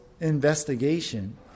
investigation